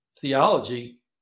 theology